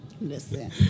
Listen